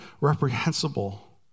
reprehensible